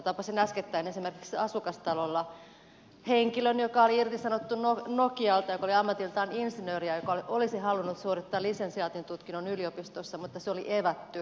tapasin äskettäin esimerkiksi asukastalolla henkilön joka oli irtisanottu nokialta joka oli ammatiltaan insinööri ja joka olisi halunnut suorittaa lisensiaatin tutkinnon yliopistossa mutta se oli evätty